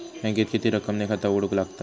बँकेत किती रक्कम ने खाता उघडूक लागता?